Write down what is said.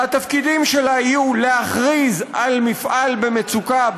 ותפקידיה יהיו להכריז על מפעל במצוקה,